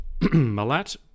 Malat